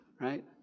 right